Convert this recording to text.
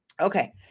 Okay